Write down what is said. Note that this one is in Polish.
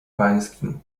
pańskim